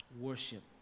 Worship